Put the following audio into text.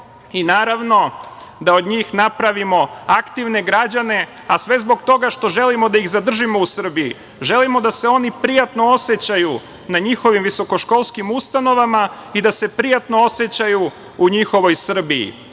i naravno da od njih napravimo aktivne građane, a sve zbog toga što želimo da ih zadržimo u Srbiji. Želimo da se oni prijatno osećaju, na njihovim visoko školskim ustanovama i da se prijatno osećaju u njihovoj Srbiji,